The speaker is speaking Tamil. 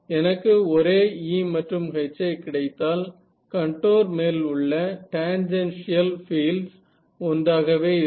எனக்கு ஒரே E மற்றும் H யே கிடைத்தால் கன்டோர் மேல் உள்ள டான்ஜென்ஷியல் பீல்ட்ஸ் ஒன்றாகவே இருக்கும்